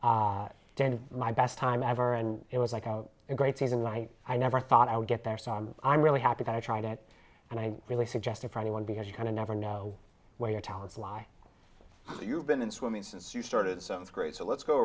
and then my best time ever and it was like a great season light i never thought i would get there so i'm really happy that i tried it and i really suggest it for anyone because you kind of never know where your talents lie you've been in swimming since you started so great so let's go